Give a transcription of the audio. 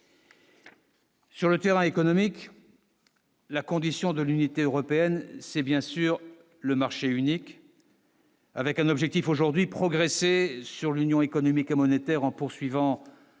Sur le terrain économique, la condition de l'unité européenne, c'est bien sûr le marché unique. Avec un objectif aujourd'hui progresser sur l'union économique et monétaire en poursuivant